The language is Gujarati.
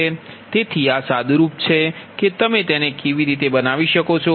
તેથી આ સાદુરૂપ છે કે તમે તેને કેવી રીતે બનાવી શકો છો